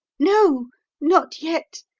no not yet!